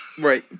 Right